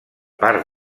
part